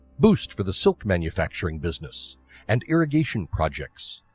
boost for the silk manufacturing business and irrigation projects.